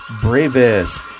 Bravest